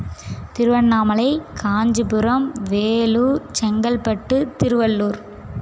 Tiruvannamalai Kanchipuram Vellore Chengalpattu Tiruvallur